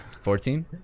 Fourteen